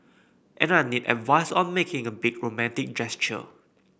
and I need advice on making a big romantic gesture